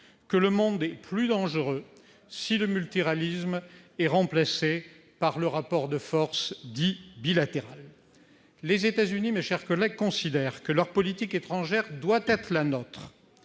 que le monde sera plus dangereux si le multilatéralisme est remplacé par le rapport de force dit bilatéral. Les États-Unis considèrent que leur politique étrangère doit être la nôtre.